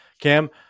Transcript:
Cam